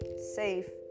safe